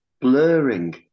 blurring